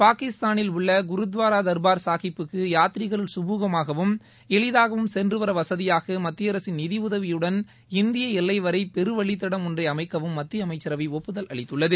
பாகிஸ்தானில் உள்ள குருத்வாரா தா்பாா் சாகிபுக்கு யாத்ரிகா்கள் கமுகமாகவும் எளிதாகவும் சென்றுவர வசதியாக மத்திய அரசின் நிதி உதவியுடன் இந்திய எல்லை வரை பெருவழித்தடம் ஒன்றை அமைக்கவும் மத்திய அமைச்சரவை ஒப்புதல் அளித்துள்ளது